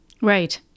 right